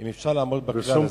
האם אפשר לעמוד בכלל הזה?